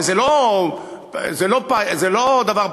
וזה לא דבר פשוט,